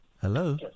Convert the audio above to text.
Hello